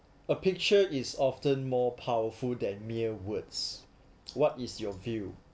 a picture is often more powerful than mere words what is your view